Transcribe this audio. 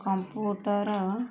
computer